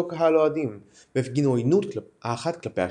קהל אוהדים והפגינו עוינות האחת כלפי השנייה.